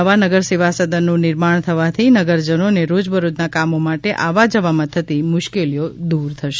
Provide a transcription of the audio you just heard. નવા નગરસેવાસદનનું નિર્માણ થવાથી નગરજનોને રોજબરોજના કામો માટે આવવા જવામાં થતી મુશ્કેલીઓ દૂર થશે